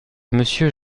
monsieur